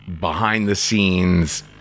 behind-the-scenes